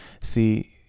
See